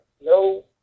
no